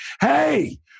Hey